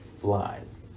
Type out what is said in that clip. flies